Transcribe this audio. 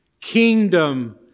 Kingdom